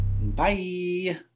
Bye